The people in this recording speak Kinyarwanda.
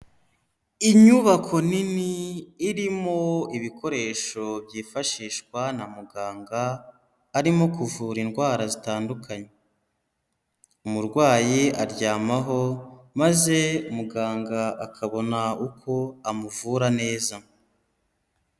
Inyubako nini irimo ibikoresho byifashishwa na muganga arimo kuvura indwara zitandukanye, umurwayi aryamaho maze muganga akabona uko amuvura neza.